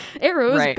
Arrows